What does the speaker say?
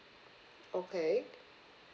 okay